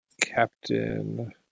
Captain